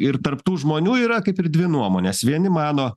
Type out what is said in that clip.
ir tarp tų žmonių yra kaip ir dvi nuomonės vieni mano